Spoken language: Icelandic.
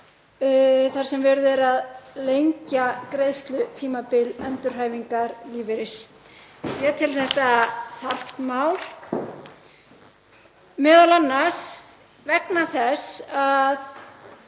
þar sem verið er að lengja greiðslutímabil endurhæfingarlífeyris. Ég tel þetta þarft mál, m.a. vegna þess að